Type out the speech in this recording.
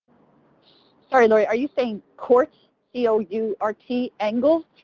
sorry, lori. are you saying court c o u r t angles?